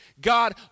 God